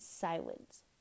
silence